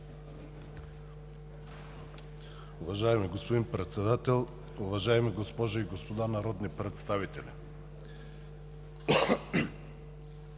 Уважаеми господин Председател, уважаеми госпожи и господна народни представители!